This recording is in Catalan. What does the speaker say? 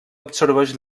absorbeix